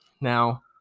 Now